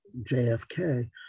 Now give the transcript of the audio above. JFK